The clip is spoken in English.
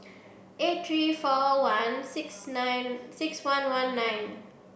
eight three four one six nine six one one nine